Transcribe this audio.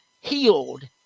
healed